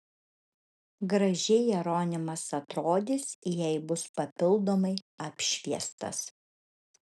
gražiai jeronimas atrodys jei bus papildomai apšviestas